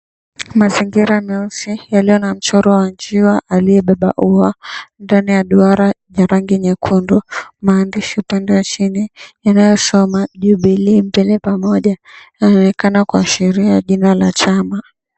Mazingira meusi, yaliyo na mchoro wa njiwa aliyebeba ua ndani ya duara la rangi nyekundu, maandishi upande wa chini yanayosoma, "Jubilee, Mbele Pamoja," yanaonekana kuashiria jina la chama.